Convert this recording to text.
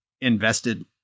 invested